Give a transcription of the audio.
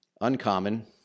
Uncommon